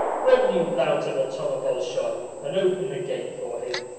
run, you lout of a thoma bolshoy, and open the gate for him.